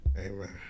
Amen